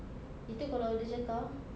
itu kalau dia cakar